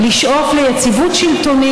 זה טוב, וצעד אחד,